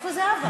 איפה זהבה?